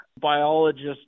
biologists